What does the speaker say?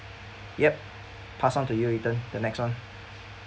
yup pass onto you ethan the next one